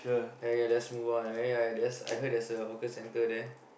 okay let's move on uh yeah I heard there's a hawker center there